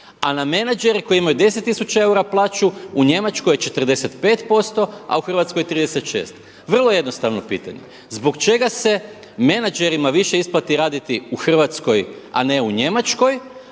a na menadžere koji imaju 10 tisuća eura plaću u Njemačkoj je 45% a u Hrvatskoj 36. Vrlo jednostavno pitanje, zbog čega se menadžerima više isplati raditi u Hrvatskoj a ne u Njemačkoj